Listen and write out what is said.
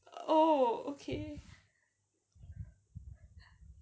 oh okay